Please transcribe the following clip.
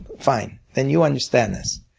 fine, then you'll understand this.